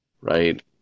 right